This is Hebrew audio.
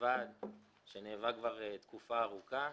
הוועד שנאבק כבר תקופה ארוכה,